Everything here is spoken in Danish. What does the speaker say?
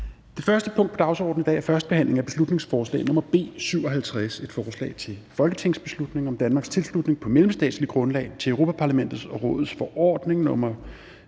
Det første punkt på dagsordenen er: 1) 1. behandling af beslutningsforslag nr. B 57: Forslag til folketingsbeslutning om Danmarks tilslutning på mellemstatsligt grundlag til Europa-Parlamentets og Rådets forordning (EU)